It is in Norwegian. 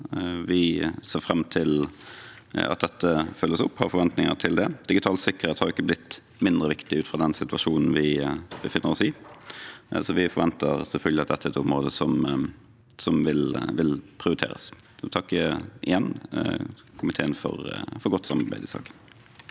Vi ser frem til at dette følges opp, og har forventninger til det. Digital sikkerhet er ikke blitt mindre viktig ut fra den situasjonen vi befinner oss i, så vi forventer selvfølgelig at dette er et område som vil prioriteres. Takk igjen til komiteen for godt samarbeid i saken.